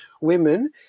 women